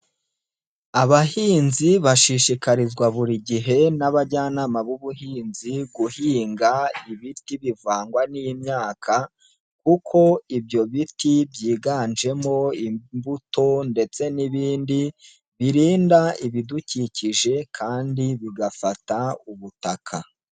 Abahinzi bashishikarizwa buri gihe n'abajyanama b'ubuhinzi guhinga ibiti bivangwa n'imyaka, kuko ibyo biti byiganjemo imbuto ndetse n'ibindi, birinda ibidukikije kandi bigafata ubutaka.